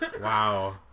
Wow